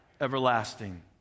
everlasting